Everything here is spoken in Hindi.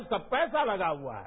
उसका पैसा लगा हुआ है